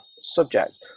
subject